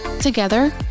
Together